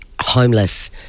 homeless